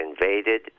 invaded